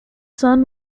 son